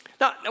Now